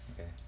okay